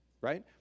Right